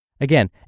Again